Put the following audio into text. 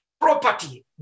property